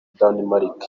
danemark